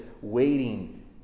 waiting